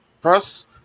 press